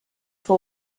que